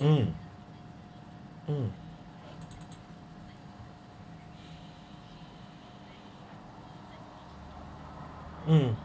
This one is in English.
um um um